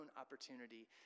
opportunity